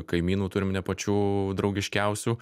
kaimynų turim ne pačių draugiškiausių